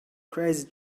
crazy